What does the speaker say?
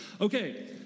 Okay